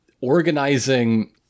organizing